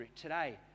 Today